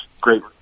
great –